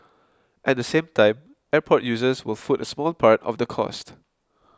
at the same time airport users will foot a small part of the cost